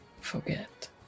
forget